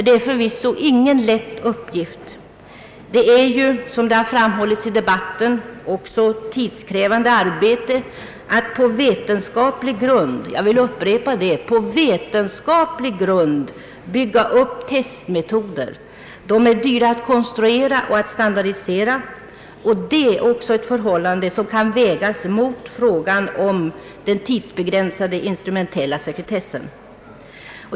Det är förvisso ingen lätt uppgift. Det är, såsom framhållits i debatten, också ett tidskrävande arbete att på vetenskaplig grund bygga upp testmetoder. De är dyra att konstruera och att standardisera. Även dessa fakta bör uppmärksammas vid bedömningen av frågan om tidsbegränsning av den instrumentella sekretessen.